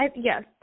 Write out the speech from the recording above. Yes